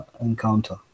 encounter